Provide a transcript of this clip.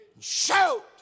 Shout